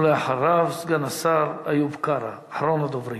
ואחריו, סגן השר איוב קרא, אחרון הדוברים.